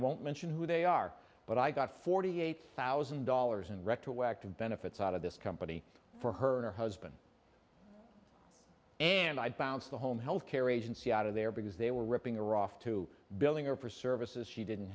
won't mention who they are but i got forty eight thousand dollars in retroactive benefits out of this company for her husband and i found the home health care agency out of there because they were ripping or off to billing or for services he didn't